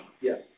Yes